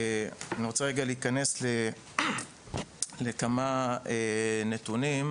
אני רוצה רגע להיכנס לכמה נתונים,